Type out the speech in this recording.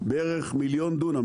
בערך מיליון דונם,